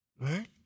right